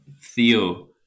Theo